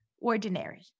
ordinary